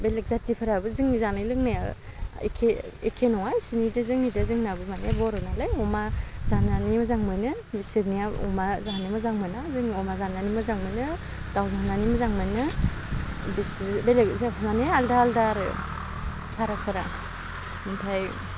बेलेग जातिफोराबो जोंनि जानाय लोंनाया एखे एखे नङा बिसोरनिजों जोंनिजों जोंनाबो माने बर' नालाय अमा जानानै मोजां मोनो बिसोरनिया अमा जानो मोजां मोना जों अमा जानानै मोजां मोनो दाउ जानानै मोजां मोनो बिसोर बेलेग जा माने आलदा आलदा आरो धाराफोरा ओमफ्राय